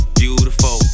beautiful